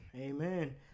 amen